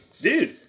Dude